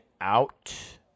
out